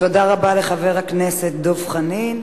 תודה רבה לחבר הכנסת דב חנין.